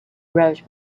wrote